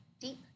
deep